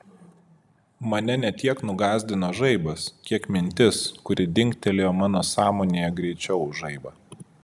mane ne tiek nugąsdino žaibas kiek mintis kuri dingtelėjo mano sąmonėje greičiau už žaibą